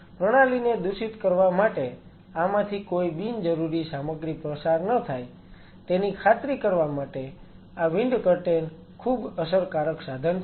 પ્રણાલીને દૂષિત કરવા માટે આમાંથી કોઈ બિનજરૂરી સામગ્રી પસાર ન થાય તેની ખાતરી કરવા માટે આ વિન્ડ કર્ટેન ખૂબ અસરકારક સાધન છે